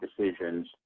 decisions